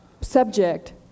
subject